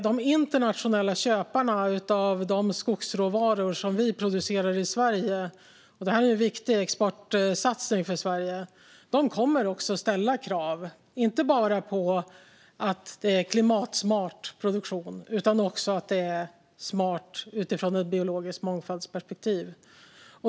De internationella köparna av de skogsråvaror som vi producerar i Sverige - det är en viktig exportsatsning för Sverige - kommer också att ställa krav, inte bara på klimatsmart produktion utan också på att det är smart utifrån ett biologiskt mångfaldsperspektiv.